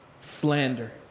slander